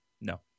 No